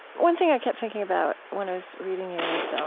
one thing i kept thinking about when i was reading you is so